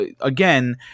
again